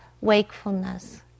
wakefulness